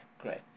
Great